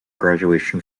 graduation